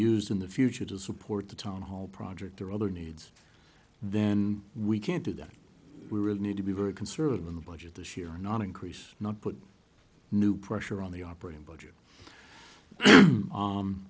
used in the future to support the town hall project or other needs then we can't do that we really need to be very conservative in the budget this year not increase not put new pressure on the operating budget